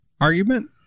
argument